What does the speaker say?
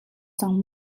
cang